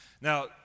Now